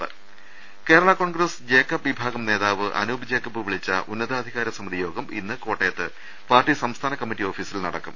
രുട്ട്ട്ട്ട്ട്ട്ട കേരള കോൺഗ്രസ് ജേക്കബ് വിഭാഗം നേതാവ് അനൂപ് ജേക്കബ് വിളിച്ച ഉന്നതാധികാര സമിതി യോഗം ഇന്ന് കോട്ടയത്ത് പാർട്ടി സംസ്ഥാന കമ്മിറ്റി ഓഫീസിൽ നടക്കും